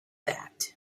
that